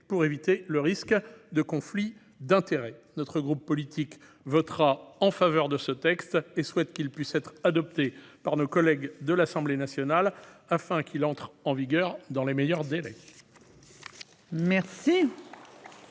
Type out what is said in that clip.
pour éviter le risque de conflits d'intérêts. Notre groupe votera donc en faveur de ce texte et souhaite son adoption par nos collègues de l'Assemblée nationale afin qu'il entre en vigueur dans les meilleurs délais.